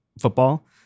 football